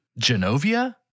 Genovia